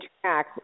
track